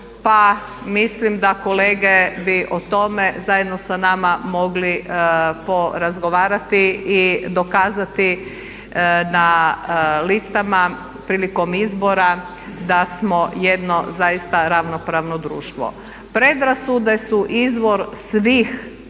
mislim da kolege bi o tome zajedno sa nama mogli porazgovarati i dokazati na listama prilikom izbora da smo jedno zaista ravnopravno društvo. Predrasude su izvor svih